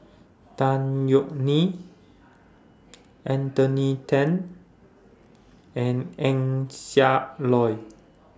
Tan Yeok Nee Anthony Then and Eng Siak Loy